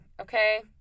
okay